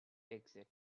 exit